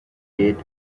did